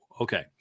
Okay